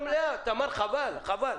חבל.